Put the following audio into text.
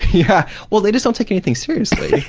yeah well, they just don't take anything seriously.